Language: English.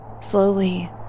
Slowly